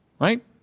Right